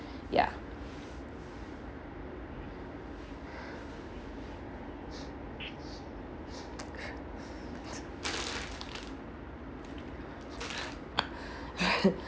ya